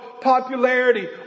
popularity